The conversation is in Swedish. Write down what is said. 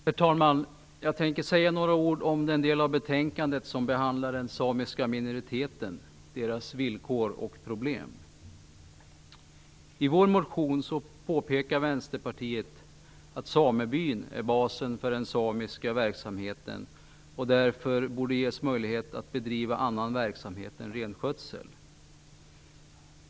Herr talman! Jag tänker säga några ord om den del av betänkandet som behandlar den samiska minoriteten, deras villkor och problem. I vår motion påpekar Vänsterpartiet att samebyn är basen för den samiska verksamheten och därför borde ges möjlighet att bedriva annan verksamhet än renskötsel.